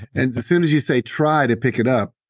and as soon as you say, try to pick it up.